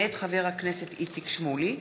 מאת חבר הכנסת איציק שמולי,